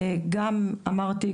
אמרתי,